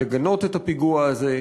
לגנות את הפיגוע הזה.